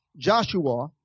Joshua